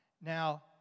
now